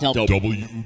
W-